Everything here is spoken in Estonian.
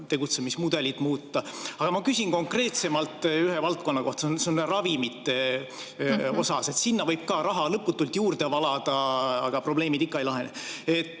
tegutsemismudelit muuta. Aga ma küsin konkreetsemalt ühe valdkonna kohta, ravimite kohta. Sinna võib ka raha lõputult juurde valada, aga probleemid ikka ei lahene.